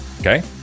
Okay